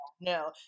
no